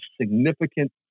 significant